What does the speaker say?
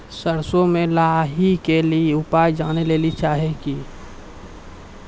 सरसों मे लाही के ली उपाय जाने लैली चाहे छी?